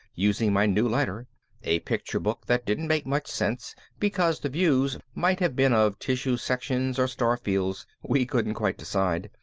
using my new lighter a picture book that didn't make much sense because the views might have been of tissue sections or starfields, we couldn't quite decide,